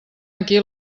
aquí